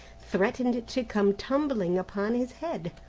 threatened to come tumbling upon his head.